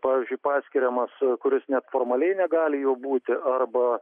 pavyzdžiui paskiriamas kuris net formaliai negali juo būti arba